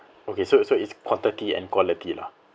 okay so so it's quantity and quality lah